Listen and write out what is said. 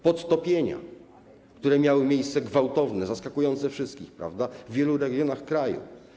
Podtopienia, które miały miejsce, gwałtowne, zaskakujące wszystkich, w wielu regionach kraju.